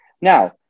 Now